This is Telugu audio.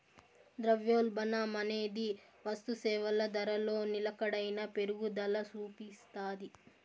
ద్రవ్యోల్బణమనేది వస్తుసేవల ధరలో నిలకడైన పెరుగుదల సూపిస్తాది